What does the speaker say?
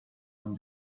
این